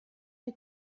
die